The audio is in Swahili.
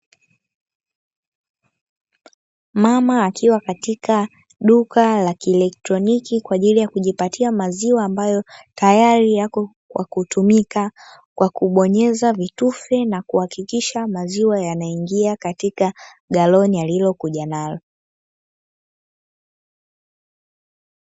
Mama akiwa katika duka la kiletroniki, kwa ajili ya kujipatia maziwa ambayo tayari yako kwa kutumika kwa kubonyeza vitufe na kuhakikisha maziwa yanaingia katika garoni alilo kuja nalo.